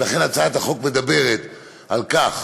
ולכן הצעת החוק מדברת על כך